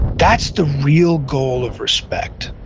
that's the real goal of respect,